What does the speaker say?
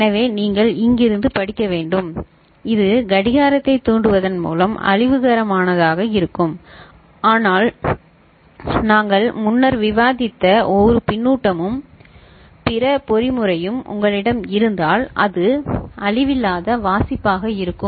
எனவே நீங்கள் இங்கிருந்து படிக்க வேண்டும் இது கடிகாரத்தைத் தூண்டுவதன் மூலம் அழிவுகரமானதாக இருக்கும் ஆனால் நாங்கள் முன்னர் விவாதித்த ஒரு பின்னூட்டமும் பிற பொறிமுறையும் உங்களிடம் இருந்தால் அது அழிவில்லாத வாசிப்பாக இருக்கும்